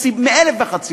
מאלף ואחת סיבות,